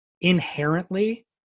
inherently